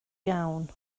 iawn